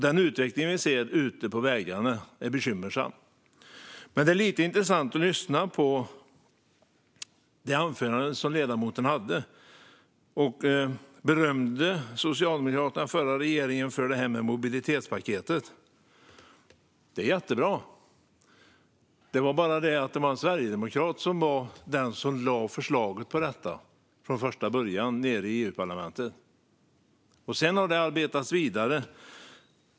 Den utveckling vi ser ute på vägarna är bekymmersam. Det var lite intressant att lyssna på ledamotens anförande. Han berömde Socialdemokraterna och den förra regeringen för mobilitetspaketet. Det är jättebra; det är bara det att det var en sverigedemokrat som lade fram förslaget från första början nere i EU-parlamentet. Sedan har det arbetats vidare.